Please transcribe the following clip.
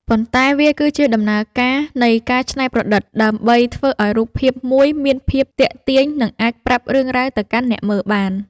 ប៉ុន្តែវាគឺជាដំណើរការនៃការច្នៃប្រឌិតដើម្បីធ្វើឱ្យរូបភាពមួយមានភាពទាក់ទាញ និងអាចប្រាប់រឿងរ៉ាវទៅកាន់អ្នកមើលបាន។